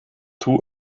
two